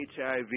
HIV